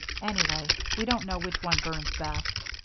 anyway, we don't know which one burns best.